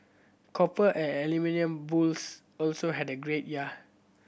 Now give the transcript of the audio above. copper and aluminium bulls also had a great year